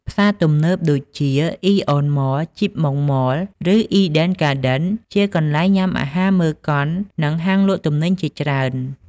ផ្សារទំនើប ដូចជា Aeon Mall, Chip Mong Mall, ឬ Eden Garden ជាកន្លែងញ៉ាំអាហារ មើលកុន និងហាងលក់ទំនិញជាច្រើន។